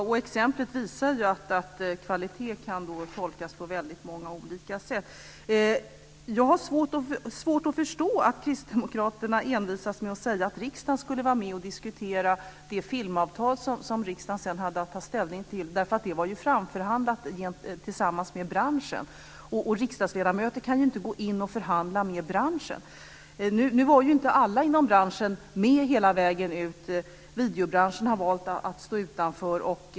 Herr talman! Detta exempel visar att kvalitet kan tolkas på väldigt många olika sätt. Jag har svårt att förstå att kristdemokraterna envisas med att säga att riksdagen skulle vara med och diskutera det filmavtal som riksdagen hade att ta ställning till. Det var ju framförhandlat tillsammans med branschen. Riksdagsledamöter kan inte gå in och förhandla med branschen. Nu var ju inte alla inom branschen med hela vägen. Videobranschen har valt att stå utanför.